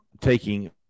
taking